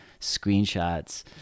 screenshots